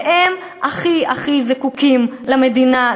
והם הכי הכי זקוקים למדינה,